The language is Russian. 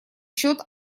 счет